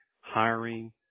hiring